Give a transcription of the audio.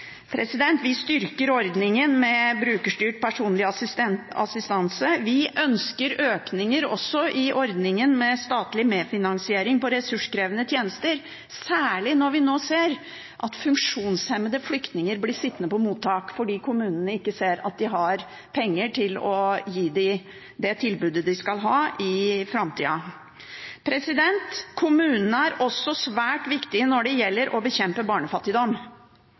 Vi styrker ordningen med brukerstyrt personlig assistanse. Vi ønsker også økninger i ordningen med statlig medfinansiering på ressurskrevende tjenester, særlig når vi nå ser at funksjonshemmede flyktninger blir sittende på mottak fordi kommunene ser at de ikke har penger til å gi dem det tilbudet de skal ha, i framtida. Kommunene er også svært viktige når det gjelder å bekjempe barnefattigdom.